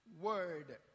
word